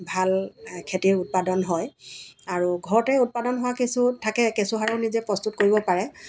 ভাল খেতি উৎপাদন হয় আৰু ঘৰতেই উৎপাদন হোৱা কিছু থাকে কেঁচু সাৰো নিজে প্ৰস্তুত কৰিব পাৰে